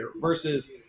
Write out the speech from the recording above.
versus